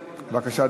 בבקשה,